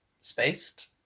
spaced